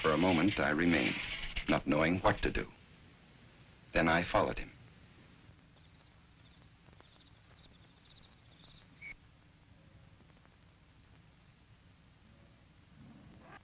for a moment i remained not knowing what to do then i followed him